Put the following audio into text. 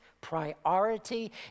priority